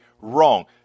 wrong